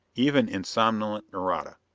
even in somnolent nareda.